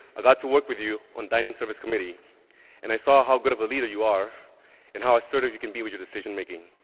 i got to work with you on dining service committee and i saw how good of a leader you are and how assertive you can be with your decision making.